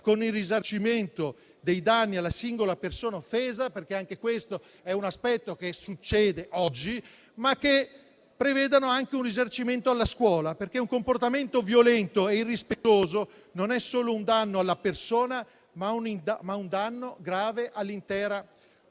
con il risarcimento dei danni alla singola persona offesa (perché anche questo è un caso che oggi si verifica) ma che si preveda anche un risarcimento alla scuola. Questo perché un comportamento violento e irrispettoso non è solo un danno alla persona, ma un danno grave all'intera comunità